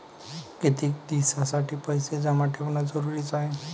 कितीक दिसासाठी पैसे जमा ठेवणं जरुरीच हाय?